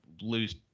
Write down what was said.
lose